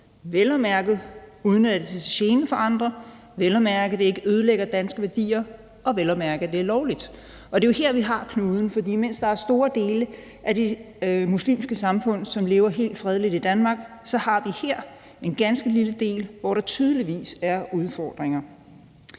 at mærke uden at det er til gene for andre, vel at mærke at det ikke ødelægger danske værdier, og vel at mærke at det er lovligt. Det er jo her, vi har knuden, for mens der er store dele af det muslimske samfund, som lever helt fredeligt i Danmark, så har vi her en ganske lille del, hvor der tydeligvis er udfordringer.